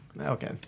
okay